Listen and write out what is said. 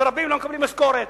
ורבים לא מקבלים משכורת.